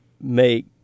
make